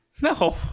No